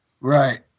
Right